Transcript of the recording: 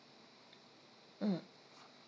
mm